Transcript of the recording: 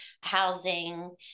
housing